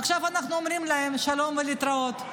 עכשיו אנחנו אומרים להם שלום ולא להתראות.